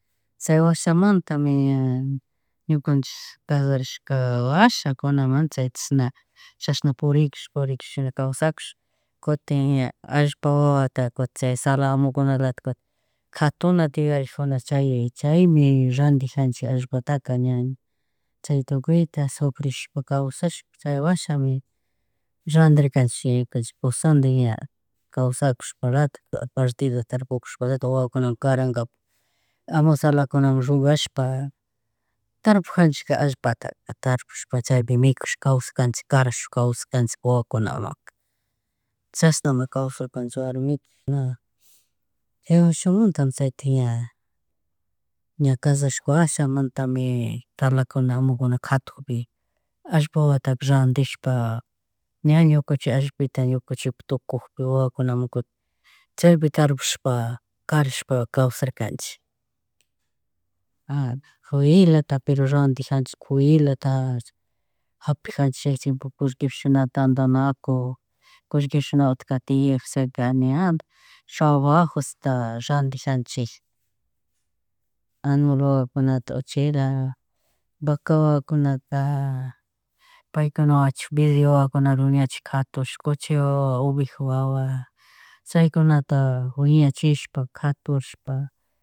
Chay washamantami ña ñukanchika kasharashka washakunaman chaita chika chishna chashna purikushpa purikushpa, chashna kawsakush kutin ña allpa wawata kutin chay tzala amukunalati kuti katunata yuyarijuna chay, chaymmi randijanchik allpataka ña chaytukuta sufris paka kawsash chay wasahmi randirkanchik ñukanchik kushandik ña kawsakushpalatik partido tarpukushpalatik wawakunaman karankapak amu tzaslakinamun rugashpa tarpujanchik allpataka. Tarpushpa chaypi mikushka kawsakjarcnahik karshash kawsakanchik wawakunamanka. Chashnama kawsarkanchik warmiku na. chaytik ña, ña kasharashka washamantami tzalakunamin amukunamun katukpi allpa wawata randishpa ña ñukanchik allpita ñukanchikpuk tukupik wawakunamun kuntin chaypi tarpushpa karashpa kawsarkanchi. Ari, juyilata pero radinjanchik, kuyilata japijanchik chika chi tiempopika kushkipish na tandanaku kushkish na utka tiyak chika animalta trabajosta randijanchi, animal wawakunata uchila vaca wawakunata paykuna wachak billi wawakunaka ña chika katush, cuchi wawa, oveja wawa chaykunata wiñachishpa katushpa